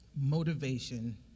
motivation